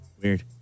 Weird